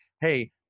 hey